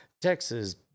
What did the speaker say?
Texas